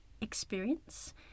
experience